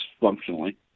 functionally